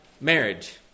marriage